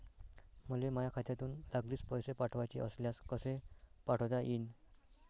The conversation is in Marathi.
मले माह्या खात्यातून लागलीच पैसे पाठवाचे असल्यास कसे पाठोता यीन?